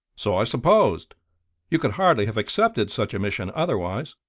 so i supposed you could hardly have accepted such a mission otherwise.